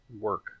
work